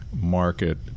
market